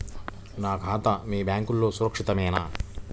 నా ఖాతా మీ బ్యాంక్లో సురక్షితమేనా?